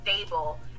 stable